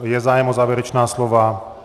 Je zájem o závěrečná slova?